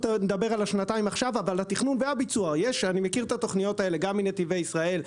אני מכיר את התוכניות האלה גם מנתיבי ישראל,